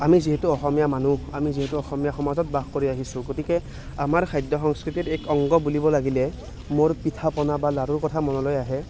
আমি যিহেতু অসমীয়া মানুহ আমি যিহেতু অসমীয়া সমাজত বাস কৰি আহিছোঁ গতিকে আমাৰ খাদ্য সংস্কৃতিত এক অংগ বুলিব লাগিলে মোৰ পিঠা পনা বা লাড়ুৰ কথা মনলৈ আহে